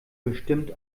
bestimmt